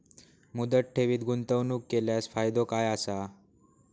मुदत ठेवीत गुंतवणूक केल्यास फायदो काय आसा?